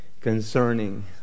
concerning